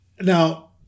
Now